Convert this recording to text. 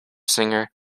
singer